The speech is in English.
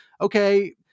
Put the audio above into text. okay